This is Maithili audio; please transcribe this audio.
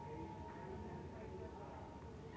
यु.पी.आई से पैसा दे सके भेज दे सारा?